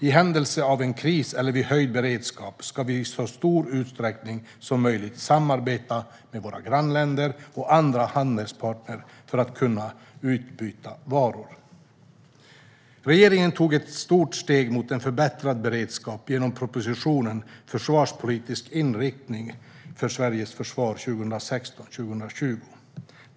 I händelse av en kris eller vid höjd beredskap ska vi i så stor utsträckning som möjligt samarbeta med våra grannländer och andra handelspartner för att kunna utbyta varor. Regeringen tog ett stort steg mot en förbättrad beredskap genom propositionen Försvarspolitisk inriktning - Sveriges försvar 2016-2020 .